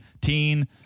Teen